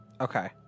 Okay